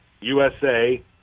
USA